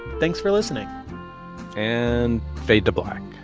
thanks for listening and fade to black